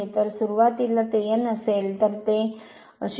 जर सुरुवातीला ते n असेल तर ते असेल तर ते 0